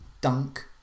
Dunk